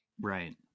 right